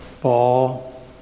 fall